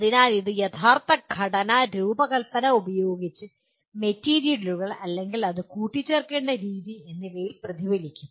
അതിനാൽ ഇത് യഥാർത്ഥ ഘടക രൂപകൽപ്പന ഉപയോഗിച്ച മെറ്റീരിയലുകൾ അല്ലെങ്കിൽ അത് കൂട്ടിച്ചേർക്കേണ്ട രീതി എന്നിവയിൽ പ്രതിഫലിക്കും